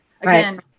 again